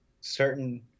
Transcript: certain